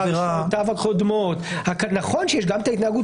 "העבירה שבשלה נושא האסיר עונש מאסר,